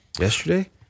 Yesterday